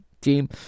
team